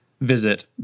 visit